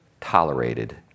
tolerated